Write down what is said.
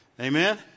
Amen